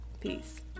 peace